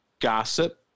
gossip